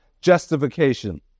justification